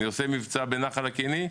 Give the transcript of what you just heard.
אני עושה מבצע בנחל הקיני,